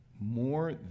More